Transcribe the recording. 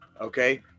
okay